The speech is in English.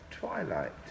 Twilight